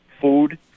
food